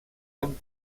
amb